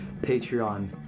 Patreon